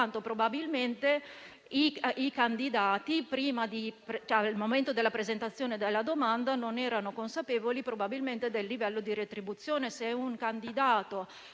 quanto probabilmente i candidati, al momento della presentazione della domanda, non erano consapevoli del livello di retribuzione.